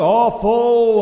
awful